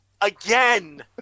again